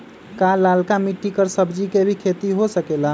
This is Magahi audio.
का लालका मिट्टी कर सब्जी के भी खेती हो सकेला?